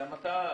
גם אתה,